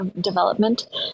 development